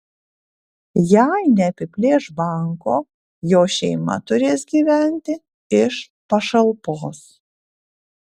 jei neapiplėš banko jo šeima turės gyventi iš pašalpos